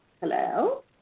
Hello